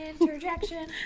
Interjection